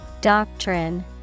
Doctrine